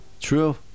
True